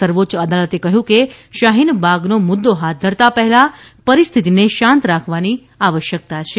સર્વોચ્ય અદાલતે કહ્યું કે શાહીન બાગનો મુદ્દો હાથ ધરતાં પહેલા પરિસ્થિતિને શાંત રાખવાની આવશ્યકતા છે